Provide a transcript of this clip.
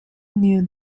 near